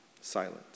silent